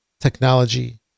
technology